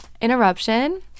interruption